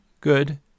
good